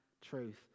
truth